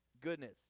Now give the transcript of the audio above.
Goodness